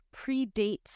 predates